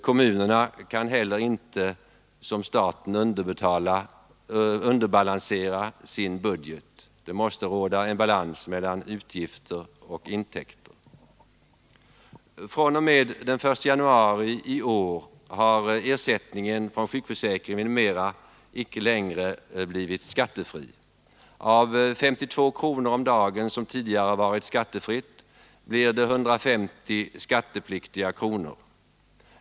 Kommunerna kan heller inte som staten underbalansera sin budget. Det måste råda en balans mellan utgifter och intäkter. fr.o.m. den 1 januari i år är ersättningen från sjukförsäkringen m.m. icke längre skattefri. Av 52 kronor om dagen, som tidigare har varit skattefritt belopp, blir det 150 skattepliktiga kronor.